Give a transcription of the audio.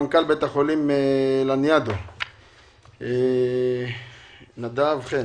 מנכ"ל בית החולים לניאדו נדב חן.